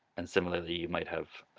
and similarly you might have